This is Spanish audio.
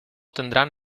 tendrán